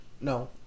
No